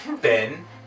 Ben